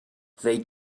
they